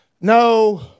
no